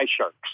sharks